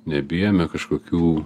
nebijome kažkokių